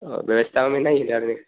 ओह बेस्टा में जा रहें